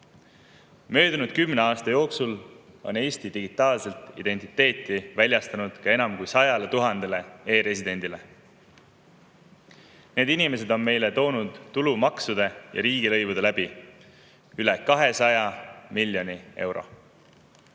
kandja. Möödunud kümne aasta jooksul on Eesti digitaalset identiteeti väljastanud ka enam kui 100 000 e‑residendile. Need inimesed on meile toonud tulumaksu ja riigilõivudega üle 200 miljoni euro,